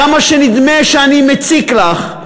כמה שנדמה שאני מציק לך,